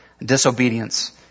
Disobedience